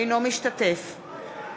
אינו משתתף בהצבעה